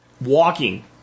Walking